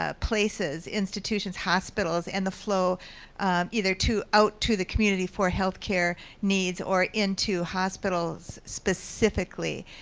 ah places, institutions, hospitals, and the flow either to out to the community for healthcare needs or into hospitals specifically.